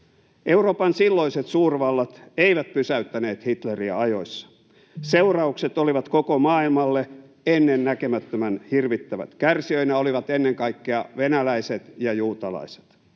Euroopan silloiset suurvallat eivät pysäyttäneet Hitleriä ajoissa. Seuraukset olivat koko maailmalle ennennäkemättömän hirvittävät. Kärsijöinä olivat ennen kaikkea venäläiset ja juutalaiset.